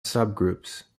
subgroups